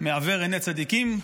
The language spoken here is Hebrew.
מעוור עיני צדיקים,